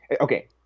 okay